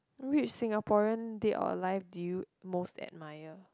which Singaporean dead or alive do you most admire